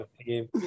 team